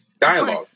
dialogue